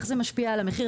איך זה משפיע על המחיר,